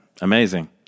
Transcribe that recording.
Amazing